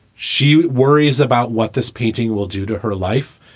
she worries about what this painting will do to her life,